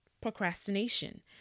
procrastination